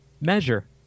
Measure